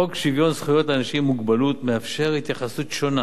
חוק שוויון זכויות לאנשים עם מוגבלות מאפשר התייחסות שונה